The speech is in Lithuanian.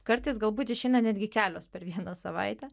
kartais galbūt išeina netgi kelios per vieną savaitę